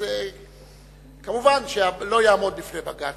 אז כמובן זה לא יעמוד בפני בג"ץ.